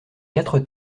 quatre